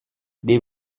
des